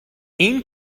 این